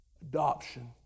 Adoption